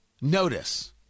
notice